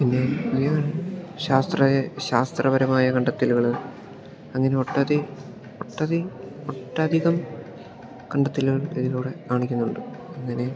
പിന്നെ വേറൊര് ശാസ്ത്ര ശാസ്ത്രപരമായ കണ്ടത്തെലുകള് അങ്ങനെ ഒട്ടധി ഒട്ടധി ഒട്ടധികം കണ്ടത്തെലുകൾ ഇതിലൂടെ കാണിക്കുന്നുണ്ട് അങ്ങനെ